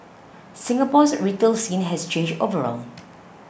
Singapore's retail scene has changed overall